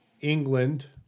England